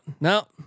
no